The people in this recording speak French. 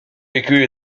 vécu